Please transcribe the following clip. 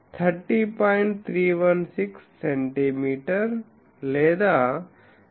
316 centimetre లేదా 11